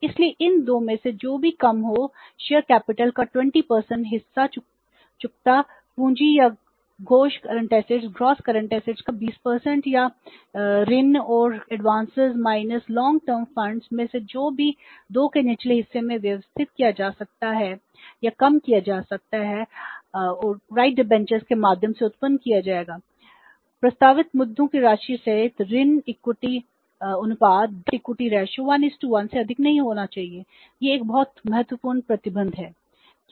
इसलिए इन 2 में से जो भी कम हो शेयर पूंजी 1 1 से अधिक नहीं होना चाहिए यह एक बहुत महत्वपूर्ण प्रतिबंध है